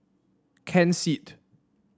Ken Seet